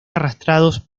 arrastrados